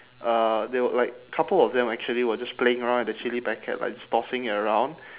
uh they were like couple of them actually were just playing around with the chilli packet like just tossing it around